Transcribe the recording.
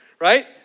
right